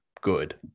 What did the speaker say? Good